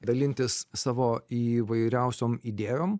dalintis savo įvairiausiom idėjom